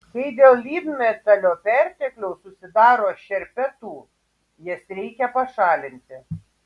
kai dėl lydmetalio pertekliaus susidaro šerpetų jas reikia pašalinti